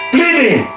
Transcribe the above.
Bleeding